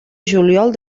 juliol